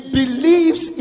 believes